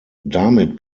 damit